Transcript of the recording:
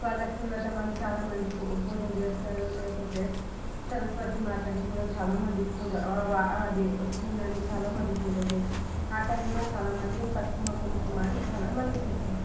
వరలక్ష్మి వ్రతం అని చాలామంది పూజ చేస్తారు లేకపోతే సరస్వతీ మాతని కూడా చాలామంది పూజ అది వచ్చిందని చాలామంది పూజ చే ఆ టైం కూడా పసుపు కుంకుమ అని చాలామందికి ఇస్తారు